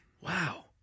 Wow